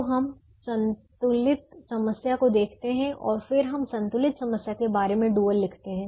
तो हम संतुलित समस्या को देखते हैं और फिर हम संतुलित समस्या के बारे में डुअल लिखते हैं